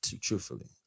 Truthfully